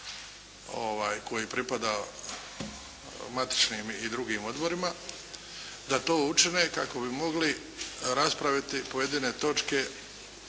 koji pripada matičnim i drugim odborima da to učine kako bi mogli raspraviti pojedine točke,